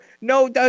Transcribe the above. No